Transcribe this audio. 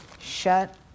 Shut